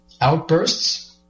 outbursts